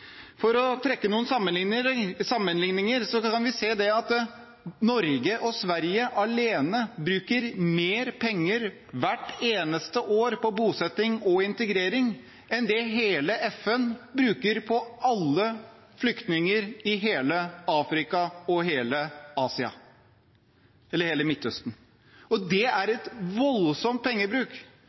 For å trekke noen sammenligninger kan vi si at Norge og Sverige alene bruker mer penger hvert eneste år på bosetting og integrering enn hele FN bruker på alle flyktninger i hele Afrika og hele Asia, eller hele Midtøsten. Det er en voldsom pengebruk.